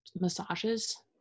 massages